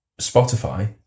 Spotify